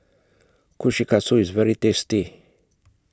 Kushikatsu IS very tasty